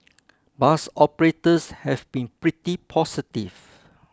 bus operators have been pretty positive